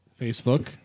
Facebook